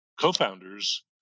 co-founders